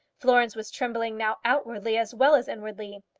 florence was trembling now outwardly as well as inwardly.